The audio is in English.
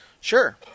sure